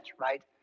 right